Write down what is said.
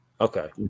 Okay